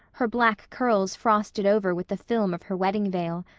her black curls frosted over with the film of her wedding veil.